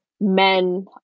men